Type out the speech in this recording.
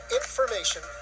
information